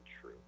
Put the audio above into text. true